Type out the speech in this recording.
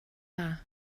dda